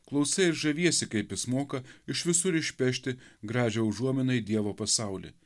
klausai ir žaviesi kaip jis moka iš visur išpešti gražią užuominą į dievo pasaulį